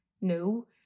no